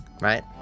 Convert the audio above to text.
right